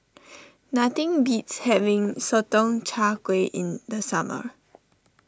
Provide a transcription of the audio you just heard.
nothing beats having Sotong Char Kway in the summer